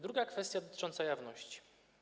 Druga kwestia, dotycząca jawności.